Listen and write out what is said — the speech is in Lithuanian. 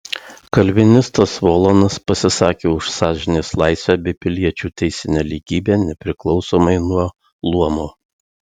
kalvinistas volanas pasisakė už sąžinės laisvę bei piliečių teisinę lygybę nepriklausomai nuo luomo